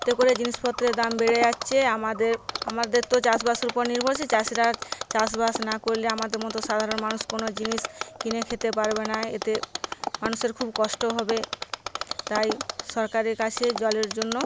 এতে করে জিনিসপত্রের দাম বেড়ে যাচ্ছে আমাদের আমাদের তো চাষবাসের উপর নির্ভরশীল চাষিরা চাষবাস না করলে আমাদের মতো সাধারণ মানুষ কোনো জিনিস কিনে খেতে পারবে না এতে মানুষের খুব কষ্ট হবে তাই সরকারের কাছে জলের জন্য